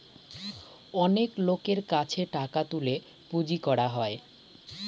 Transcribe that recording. অনেক লোকের কাছে টাকা তুলে পুঁজি করা হয়